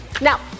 Now